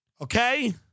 Okay